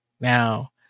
now